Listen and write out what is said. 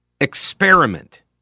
experiment